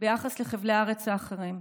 ביחס לחבלי הארץ האחרים.